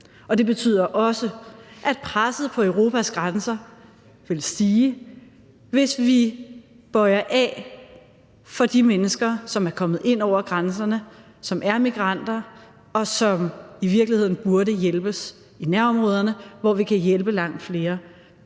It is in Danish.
det betyder også, at presset på Europas grænser vil stige, hvis vi bøjer af for de mennesker, som er kommet ind over grænserne, som er migranter, og som i virkeligheden burde hjælpes i nærområderne, hvor vi kan hjælpe langt flere